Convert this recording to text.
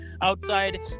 outside